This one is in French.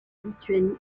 lituanie